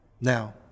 Now